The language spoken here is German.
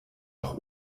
auch